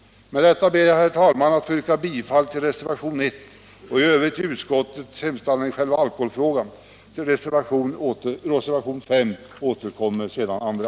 Med detta ber jag att få yrka bifall till reservation 1 och i övrigt till utskottets hemställan i själva alkoholfrågan. Till reservation 5 återkommer andra talare.